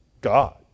God